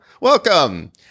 Welcome